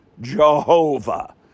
Jehovah